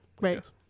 Right